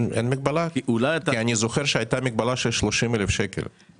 אני זוכר שהייתה מגבלה של 30,000 שקל.